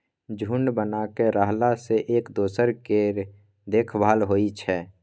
झूंड बना कय रहला सँ एक दोसर केर देखभाल होइ छै